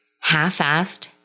half-assed